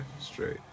straight